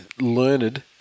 learned